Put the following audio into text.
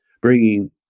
bringing